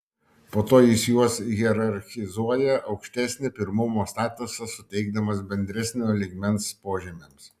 po to jis juos hierarchizuoja aukštesnį pirmumo statusą suteikdamas bendresnio lygmens požymiams